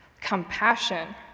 compassion